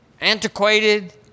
antiquated